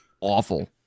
awful